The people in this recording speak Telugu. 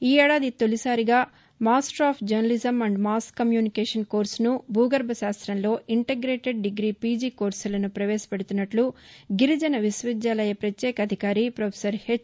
ఈ ఏడాది తొలిసారిగా master of journalism and mass communication కోర్సును భూగర్బశాస్త్రంలో ఇంటెగ్రేటెడ్ డిగ్రీ పీజీ కోర్సులను పవేశపెడుతున్నట్లు గిరిజన విశ్వవిద్యాలయ పత్యేక అధికారి ప్రొఫెసర్ హెచ్